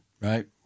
right